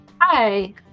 Hi